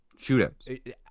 shootouts